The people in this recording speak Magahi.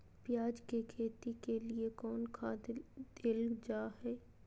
प्याज के खेती के लिए कौन खाद देल जा हाय?